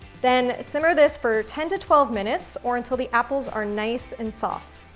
then, simmer this for ten to twelve minutes, or until the apples are nice and soft.